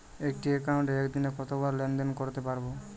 একটি একাউন্টে একদিনে কতবার লেনদেন করতে পারব?